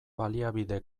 baliabide